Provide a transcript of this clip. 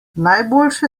najboljše